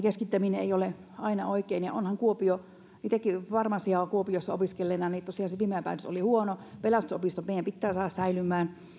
keskittäminen ei ole aina oikein ja onhan kuopio itsekin farmasiaa kuopiossa opiskelleena tosiaan katson että se fimea päätös oli huono pelastusopisto meidän pitää saada säilymään